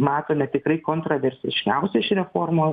matome tikrai kontroversiškiausia iš reformo